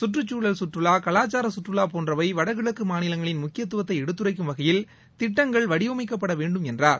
சுற்றுச் சூழல் சுற்றுவா கலாச்சார கற்றுவா போன்றவை வட கிழக்கு மாநிலங்களின் முக்கியத்துவத்தை எடுத்துரைக்கும் வகையில் திட்டங்கள் வடிவமைக்க வேண்டும் என்றார்